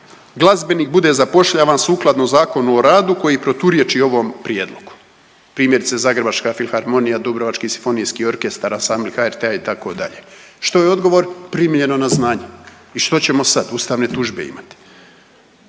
glazbenik bude zapošljavan sukladno Zakonu o radu koji proturječi ovom prijedlogu, primjerice, Zagrebačka filharmonija, Dubrovački simfonijski orkestar, ansambli HRT-a, itd. Što je odgovor? Primljeno na znanje. I što ćemo sad, ustavne tužbe imati?